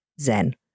Zen